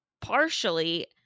partially